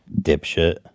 dipshit